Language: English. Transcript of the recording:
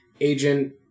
Agent